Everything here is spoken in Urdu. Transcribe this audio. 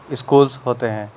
اسکولس ہوتے ہیں